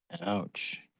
Ouch